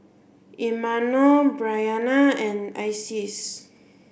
Imanol Bryanna and Isis